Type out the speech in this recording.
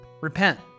Repent